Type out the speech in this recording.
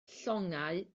llongau